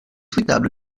souhaitable